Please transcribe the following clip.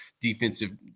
defensive